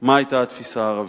מה היתה התפיסה הערבית.